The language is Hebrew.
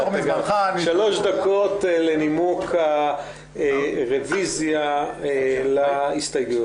3 דקות לנימוק הרוויזיה להסתייגויות.